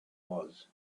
was